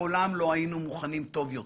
מעולם לא היינו מוכנים טוב יותר.